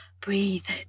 breathe